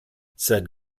said